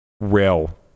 rail